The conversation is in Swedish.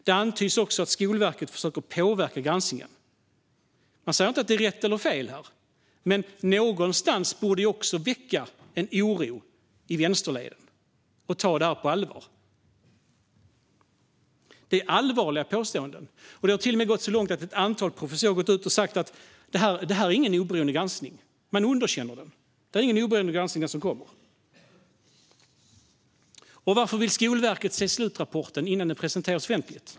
Det antyds också att Skolverket försöker påverka granskningen. Man säger inte att det är rätt eller fel, men någonstans borde det väcka oro i vänsterledet så att man tar det på allvar. Det är allvarliga påståenden, och det har till och med gått så långt att ett antal professorer har gått ut och sagt att det som kommer inte är någon oberoende granskning. Man underkänner den. Och varför vill Skolverket se slutrapporten innan den presenteras offentligt?